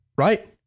Right